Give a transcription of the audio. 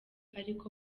ariko